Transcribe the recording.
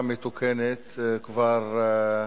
השאלה של כניסה ומעמד,